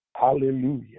Hallelujah